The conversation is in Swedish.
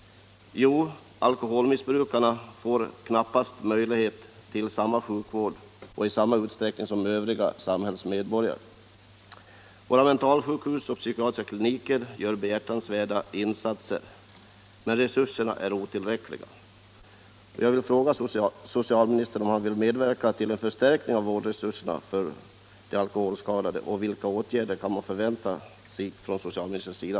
Jo, alkoholmissbrukarna får knappast möjlighet till samma sjukvård och i samma utsträckning som övriga samhällsmedborgare. Våra mentalsjukhus och psykiatriska kliniker gör behjärtansvärda insatser, men resurserna är otillräckliga. av vårdresurserna för de alkoholskadade och vilka åtgärder man i så fall kan förvänta från socialministerns sida.